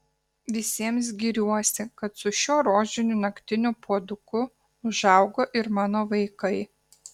visiems giriuosi kad su šiuo rožiniu naktiniu puoduku užaugo ir mano vaikai